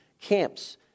camps